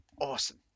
awesome